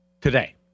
today